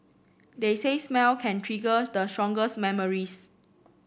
they say smell can trigger the strongest memories